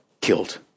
killed